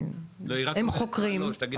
לרבות בני משפחה קרובים ביותר.